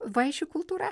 vaišių kultūra